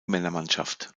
männermannschaft